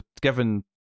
given